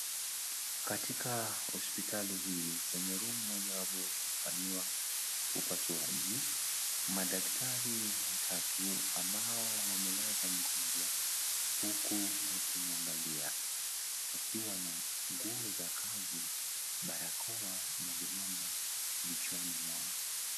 Katika hosipitali hii, kwenye room ,mojawapo ya kufanyiwa upasuaji. Madaktari watatu, ambao wamelaza mgonjwa huku wakimwangalia, wakiwa na nguo za kazi, barakoa na vilemba vichwani mwao.